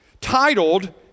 titled